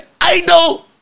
idol